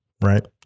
Right